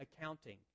accounting